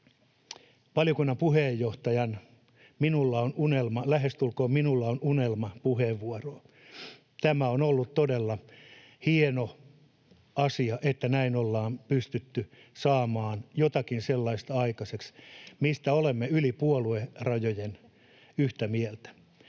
valiokunnan puheenjohtajan lähestulkoon ”minulla on unelma” ‑puheenvuoroon. Tämä on ollut todella hieno asia, että näin ollaan pystytty saamaan jotakin sellaista aikaiseksi, mistä olemme yli puoluerajojen yhtä mieltä.